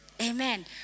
amen